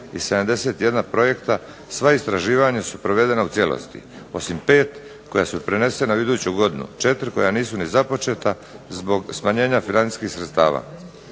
i 71 projekta sva istraživanja su provedena u cijelosti osim 5 koja su prenesena u iduću, 4 koja nisu ni započeta zbog smanjenja financijskih sredstava.